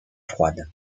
froide